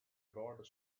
rod